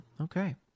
Okay